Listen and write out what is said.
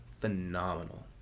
phenomenal